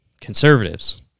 Conservatives